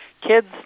Kids